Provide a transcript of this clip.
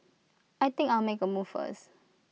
I think I'll make A move first